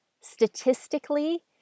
Statistically